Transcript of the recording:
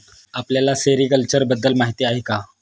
आपल्याला सेरीकल्चर बद्दल माहीती आहे का?